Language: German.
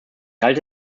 halte